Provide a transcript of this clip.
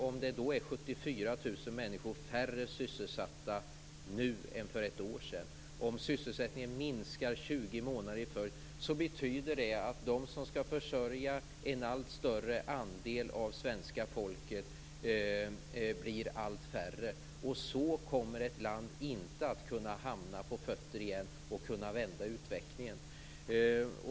Om det är 74 000 människor färre sysselsatta än för ett år sedan och om sysselsättningen minskar 20 månader i följd betyder det att de som skall försörja en allt större andel av svenska folket blir allt färre. Så kommer ett land inte att kunna komma på fötter igen och vända utvecklingen.